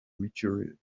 meteorite